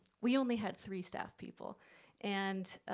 we only had three staff people and